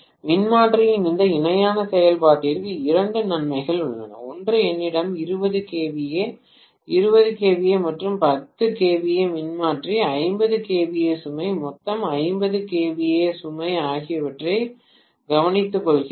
மின்மாற்றியின் இந்த இணையான செயல்பாட்டிற்கு இரண்டு நன்மைகள் உள்ளன ஒன்று என்னிடம் 20 kVA 20 kVA மற்றும் 10 kVA மின்மாற்றி 50 kVA சுமை மொத்தம் 50 kVA சுமை ஆகியவற்றைக் கவனித்துக்கொள்கிறேன்